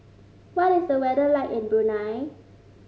what is the weather like in Brunei